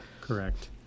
Correct